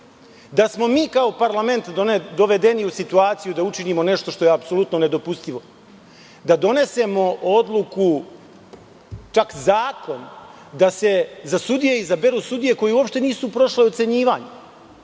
Da smo mi kao parlament dovedeni u situaciju da učinimo nešto što je apsolutno nedopustivo – da donesemo odluku, čak zakon, da se za sudije izaberu sudije koje uopšte nisu prošle ocenjivanje,